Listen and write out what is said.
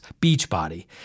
Beachbody